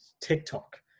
TikTok